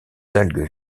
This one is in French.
algues